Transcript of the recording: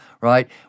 right